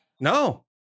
No